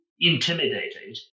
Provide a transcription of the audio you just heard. intimidated